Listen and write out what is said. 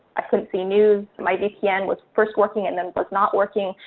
i couldn't see news. my vpn was first working in then was not working.